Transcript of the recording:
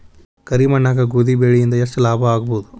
ಕರಿ ಮಣ್ಣಾಗ ಗೋಧಿ ಬೆಳಿ ಇಂದ ಎಷ್ಟ ಲಾಭ ಆಗಬಹುದ?